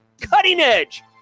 cutting-edge